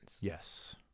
Yes